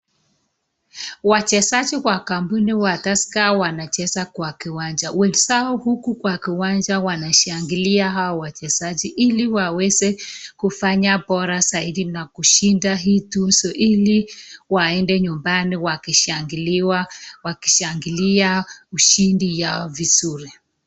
Wachezaji wa kampuni wa Tusker wanacheza kwa kiwanja. Wenzao huku kwa kiwanja wanashangilia hao wachezaji ili waweze kufanya bora zaidi na kushinda hii tunzo ili waende nyumbani wakishangiliwa, wakishangilia ushindi yao vizuri.